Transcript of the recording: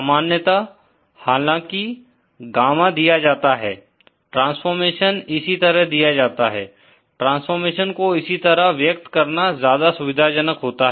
सामान्यतः हालाँकि गामा दिया होता है ट्रांसफॉर्मेशन इसी तरह दिया जाता है ट्रांसफॉर्मेशन को इसी तरह व्यक्त करना ज्यादा सुविधाजनक होता है